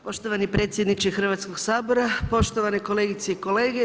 Poštovani predsjedniče Hrvatskog sabora, poštovane kolegice i kolege.